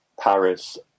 Paris